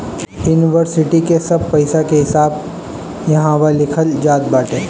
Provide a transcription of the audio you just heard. इन्वरसिटी के सब पईसा के हिसाब इहवा लिखल जात बाटे